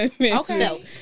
Okay